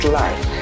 life